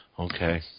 Okay